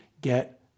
get